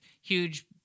Huge